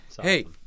Hey